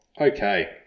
Okay